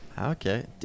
Okay